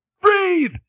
Breathe